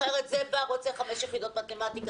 אחרת זה בא ורוצה חמש יחידות במתמטיקה,